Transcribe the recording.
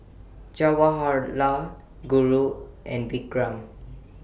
Jawaharlal Guru and Vikram